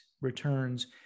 returns